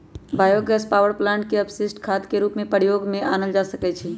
bio gas power plant के अपशिष्ट खाद के रूप में प्रयोग में आनल जा सकै छइ